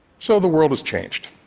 so the world has changed.